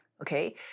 okay